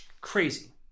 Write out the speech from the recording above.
Crazy